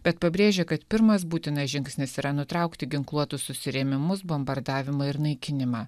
bet pabrėžė kad pirmas būtinas žingsnis yra nutraukti ginkluotus susirėmimus bombardavimą ir naikinimą